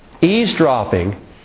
Eavesdropping